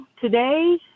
today